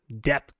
death